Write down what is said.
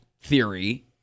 theory